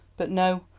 but no,